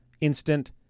instant